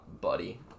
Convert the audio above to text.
buddy